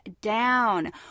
down